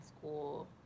school